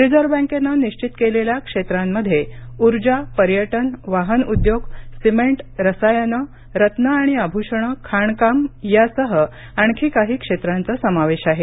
reserve बँकेनं निश्वित केलेल्याक्षेत्रांमध्ये ऊर्जा पर्यटन वाहन उद्योग सिमेंट रसायने रत्न आणि आभूषणेखाणकाम यासह आणखी काही क्षेत्रांचा समावेश आहे